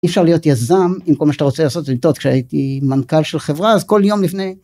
אי אפשר להיות יזם אם כל מה שאתה רוצה לעשות זה לטעות כשהייתי מנכ"ל של חברה אז כל יום לפני.